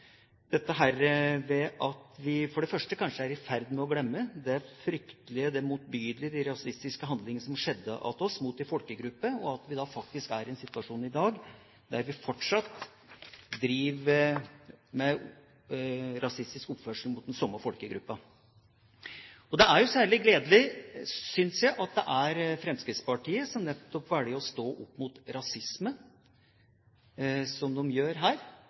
at vi for det første kanskje er i ferd med å glemme det fryktelige, det motbydelige – de rasistiske handlingene som skjedde hos oss mot en folkegruppe – og at vi for det andre faktisk er i en situasjon i dag der vi fortsatt driver med rasistisk oppførsel mot den samme folkegruppen. Det er særlig gledelig, synes jeg, at det nettopp er Fremskrittspartiet som velger å stå opp mot rasisme, som de gjør her.